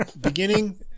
Beginning